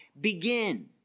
begin